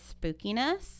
spookiness